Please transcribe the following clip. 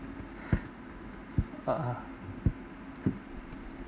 ah